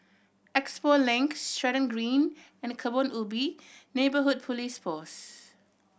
Expo Link Stratton Green and Kebun Ubi Neighbourhood Police Post